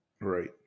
Right